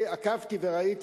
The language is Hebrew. אני עקבתי וראיתי,